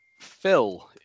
Phil